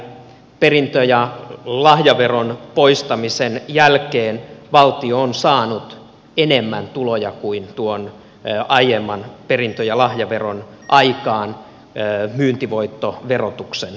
siellä nimittäin perintö ja lahjaveron poistamisen jälkeen valtio on saanut enemmän tuloja kuin tuon aiemman perintö ja lahjaveron aikaan myyntivoittoverotuksen kautta